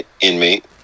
inmate